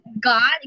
God